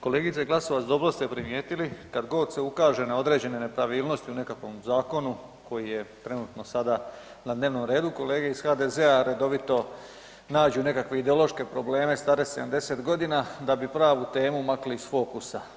Kolegice Glasovac, dobro ste primijetili, kad god se ukaže na određene nepravilnosti u nekakvom zakonu koji je trenutno sada na dnevnom redu, kolegu iz HDZ-a redovito nađu nekakve ideološke probleme stare 70 godina da bi pravu temu makli iz fokusa.